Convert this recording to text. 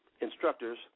instructors